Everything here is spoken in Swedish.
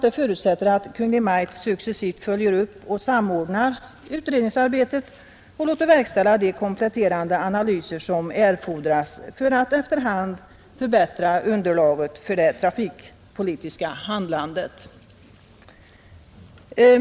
Det förutsättes också att Kungl. Maj:t succesivt följer upp och samordnar utredningsarbetet och låter verkställa de kompletterande analyser som erfordras för att efter hand förbättra underlaget för det trafikpolitiska handlandet.